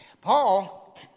Paul